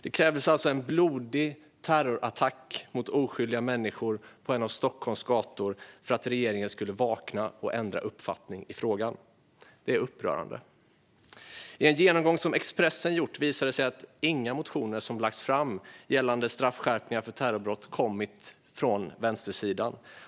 Det krävdes alltså en blodig terrorattack mot oskyldiga människor på en av Stockholms gator för att regeringen skulle vakna och ändra uppfattning i frågan. Det är upprörande. En genomgång som Expressen gjort visar att inga motioner gällande straffskärpningar för terrorbrott har kommit från vänstersidan.